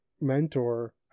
mentor